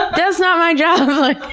that's not my job! ah